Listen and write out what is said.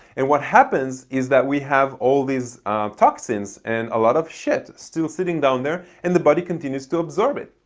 and what happens is that we have all these toxins and a lot of shit still sitting down there, and the body continues to absorb it.